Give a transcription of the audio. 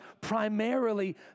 primarily